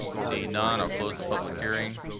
seeing none, i'll close the public hearing.